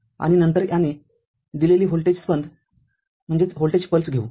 आणि नंतर याने दिलेली व्होल्टेज स्पंद घेऊ